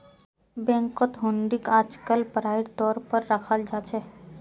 बैंकत हुंडीक आजकल पढ़ाई तौर पर रखाल जा छे